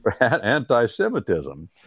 Anti-Semitism